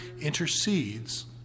intercedes